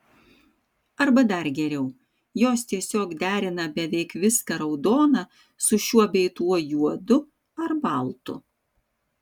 arba dar geriau jos tiesiog derina beveik viską raudoną su šiuo bei tuo juodu ar baltu